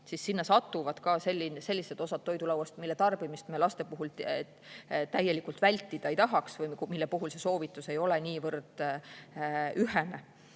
siis sinna satuvad ka sellised osad toidulauast, mille tarbimist me laste puhul täielikult vältida ei tahaks või mille puhul see soovitus ei ole niivõrd ühene.